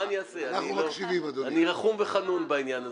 אני רחום וחנון בעניין הזה.